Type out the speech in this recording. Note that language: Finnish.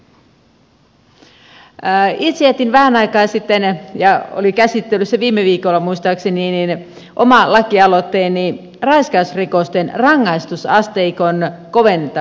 itse jätin vähän aikaa sitten ja oli käsittelyssä viime viikolla muistaakseni oman lakialoitteeni raiskausrikosten rangaistusasteikon koventamisesta